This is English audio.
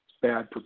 bad